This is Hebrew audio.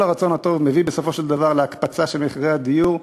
הרצון הטוב מביא בסופו של דבר להקפצה של מחירי הדיור.